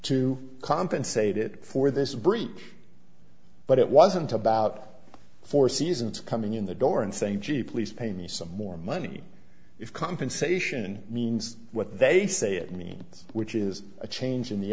to compensated for this breach but it wasn't about four seasons coming in the door and saying gee please pay me some more money if compensation means what they say it means which is a change in the